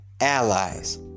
allies